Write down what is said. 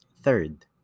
Third